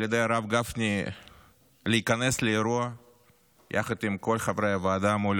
ידי הרב גפני להיכנס לאירוע מול האוצר,